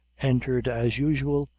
entered as usual,